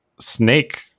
snake